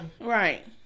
Right